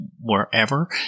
wherever